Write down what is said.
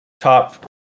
top